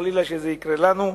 חלילה שזה יקרה לנו.